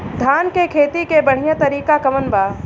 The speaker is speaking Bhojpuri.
धान के खेती के बढ़ियां तरीका कवन बा?